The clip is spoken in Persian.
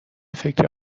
فکر